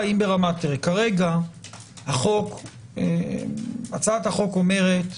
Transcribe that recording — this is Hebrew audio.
כרגע הצעת החוק אומרת: